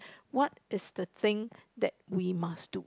what is the thing that we must do